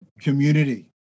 Community